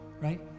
right